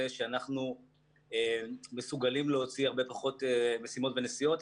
שאנחנו מסוגלים להוציא פחות משימות ונסיעות.